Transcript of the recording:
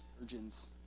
surgeon's